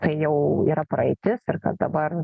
tai jau yra praeitis ir kad dabar